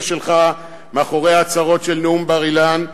שלך מאחורי ההצהרות של נאום בר-אילן,